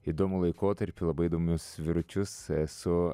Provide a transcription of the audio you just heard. įdomų laikotarpį labai įdomius vyručius su